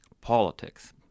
politics